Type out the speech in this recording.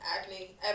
acne